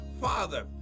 Father